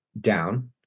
down